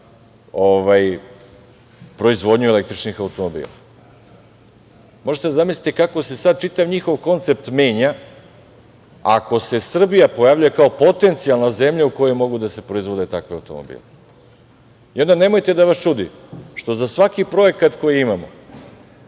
proizvodnju električnih automobila. Možete da zamislite kako se sada čitav njihov koncept menja ako se Srbija pojavljuje kao potencijalna zemlja u kojoj mogu da se proizvode takvi automobili? Onda nemojte da vas čudi što za svaki projekat koji imamo,